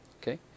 okay